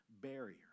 barrier